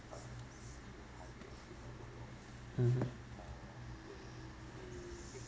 mmhmm